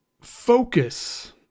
focus